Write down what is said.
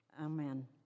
amen